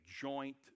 joint